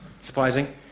surprising